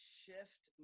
shift